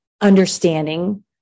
understanding